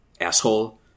Asshole